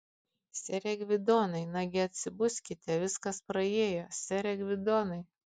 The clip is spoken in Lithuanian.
sere gvidonai nagi atsibuskite viskas praėjo sere gvidonai